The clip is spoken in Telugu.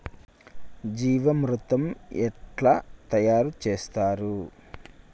జీవామృతం ఎట్లా తయారు చేత్తరు?